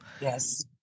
Yes